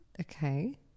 Okay